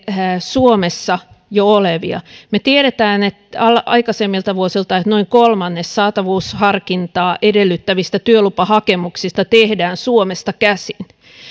suomessa jo olevia me tiedämme aikaisemmilta vuosilta että noin kolmannes saatavuusharkintaa edellyttävistä työlupahakemuksista tehdään suomesta käsin